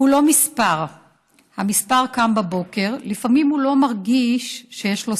הוא לא מספר / המספר קם בבוקר / לפעמים הוא לא מרגיש שיש לו